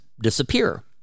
disappear